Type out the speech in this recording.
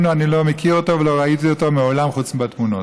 אני לא מכיר אותו ולא ראיתי אותו מעולם חוץ מבתמונות.